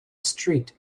street